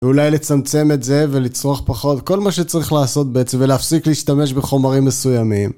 ואולי לצמצם את זה ולצרוך פחות כל מה שצריך לעשות בעצם ולהפסיק להשתמש בחומרים מסוימים